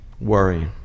worry